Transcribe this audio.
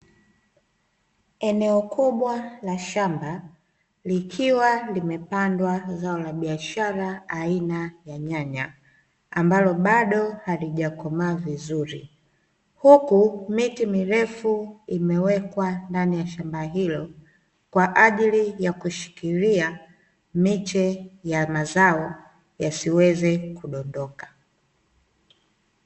Eneo kubwa la shamba likiwa limepandwa zao la biashara aina ya nyanya ambalo bado halijakomaa vizuri. Huku miti mirefu imewekwa ndani ya shamba hilo kwa ajili ya kushikilia miche ya mazao yasiweze kudondoka.